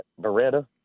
Beretta